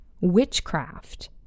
Witchcraft